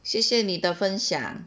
谢谢你的分享